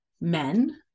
men